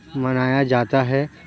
منایا جاتا ہے